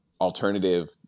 alternative